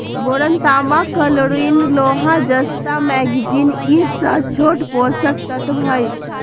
boron तांबा chlorine लोहा जस्ता मैग्निज ई स छोट पोषक तत्त्व हई